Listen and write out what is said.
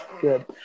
good